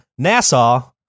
NASA